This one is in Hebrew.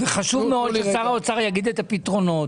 וחשוב מאוד ששר האוצר יגיד את הפתרונות.